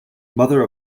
mother